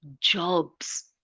jobs